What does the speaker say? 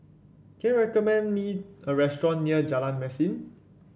can you recommend me a restaurant near Jalan Mesin